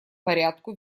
порядку